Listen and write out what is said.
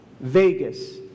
Vegas